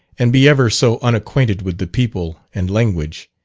and be ever so unacquainted with the people and language,